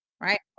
right